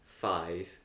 five